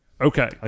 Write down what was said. Okay